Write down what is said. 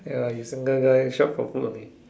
ya you single guy shop for food only